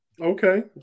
Okay